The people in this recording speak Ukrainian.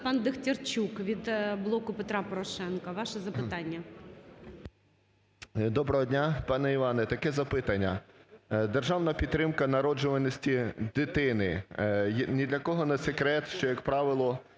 Доброго дня! Пане Іване, таке запитання. Державна підтримка народжуваності дитини, ні для кого не секрет, що, як правило,